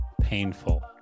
painful